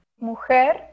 Mujer